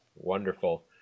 Wonderful